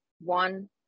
one